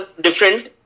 different